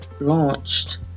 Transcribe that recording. launched